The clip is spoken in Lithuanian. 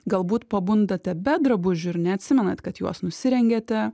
galbūt pabundate be drabužių ir neatsimenat kad juos nusirengėte